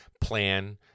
plan